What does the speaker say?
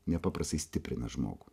nepaprastai stiprina žmogų